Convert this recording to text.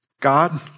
God